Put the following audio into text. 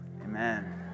amen